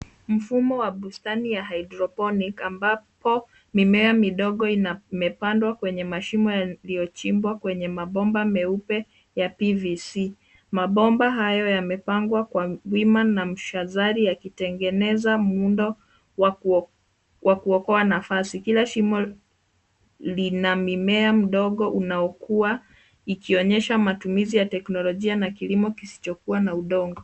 Mfumo wa bustani ya hydroponic ambapo mimea midogo imepandwa kwenye mashimo yaliyochimbwa kwenye mabomba meupe ya pvc . Mabomba hayo yamepangwa kwa wima na mshazari yakitengeneza muundo wa kuokoa nafasi. Kila shimo lina mimea mdogo unaokua ikionyesha matumizi ya teknolojia na kilimo kisichokuwa na udongo.